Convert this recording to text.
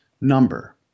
number